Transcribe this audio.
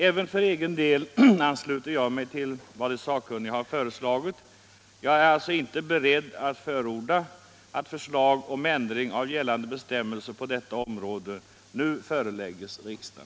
Även för egen del ansluter jag mig till vad de sakkunniga har föreslagit. Jag är alltså inte beredd att förorda att förslag om ändring av gällande bestämråelser på detta område nu läggs fram för riksdagen.